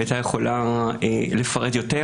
היא הייתה יכולה לפרט יותר,